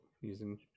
using